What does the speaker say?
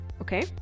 okay